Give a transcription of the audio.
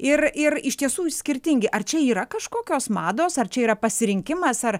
ir ir iš tiesų skirtingi ar čia yra kažkokios mados ar čia yra pasirinkimas ar